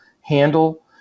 handle